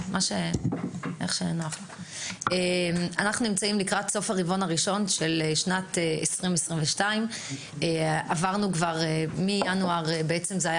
אנחנו לקראת סוף הרבעון הראשון של שנת 2022. בינואר זה היה